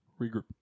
Regroup